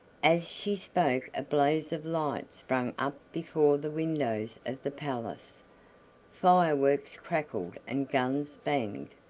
as she spoke a blaze of light sprang up before the windows of the palace fireworks crackled and guns banged,